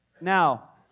Now